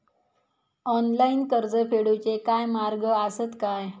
Online कर्ज फेडूचे काय मार्ग आसत काय?